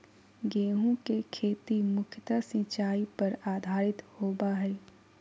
गेहूँ के खेती मुख्यत सिंचाई पर आधारित होबा हइ